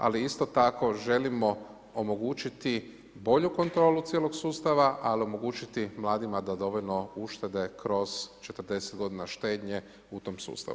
Ali isto tako želimo omogućiti bolju kontrolu cijelog sustava ali omogućiti mladima da dovoljno uštede kroz 40 godina štednje u tom sustavu.